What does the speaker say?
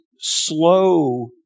slow